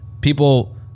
People